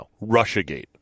Russiagate